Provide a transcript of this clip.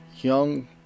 young